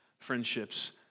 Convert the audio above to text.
friendships